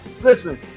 listen